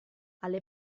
alle